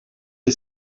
est